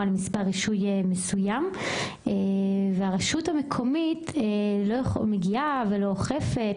למספר רישוי מסוים והרשות המקומית לא מגיעה ולא אוכפת,